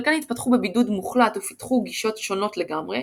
חלקן התפתחו בבידוד מוחלט ופיתחו גישות שונות לגמרי,